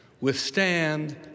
Withstand